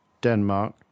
Denmark